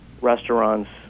restaurants